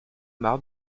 marre